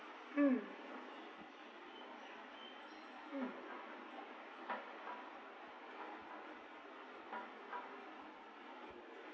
mm mm